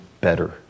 better